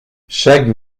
chaque